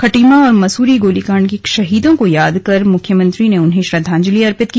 खटीमा और मसूरी गोली कांड के शहीदों को याद कर मुख्यमंत्री ने उन्हें श्रद्वांजलि अर्पित की